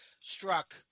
struck